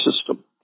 System